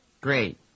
Great